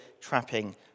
trapping